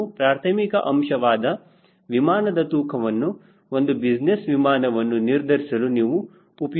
ಹಾಗೂ ಪ್ರಾರ್ಥಮಿಕ ಅಂಶವಾದ ವಿಮಾನದ ತೂಕವನ್ನು ಒಂದು ಬಿಸಿನೆಸ್ ವಿಮಾನವನ್ನು ನಿರ್ಧರಿಸಲು ನೀವು ಉಪಯೋಗಿಸುತ್ತೀರಾ